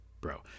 bro